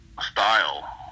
style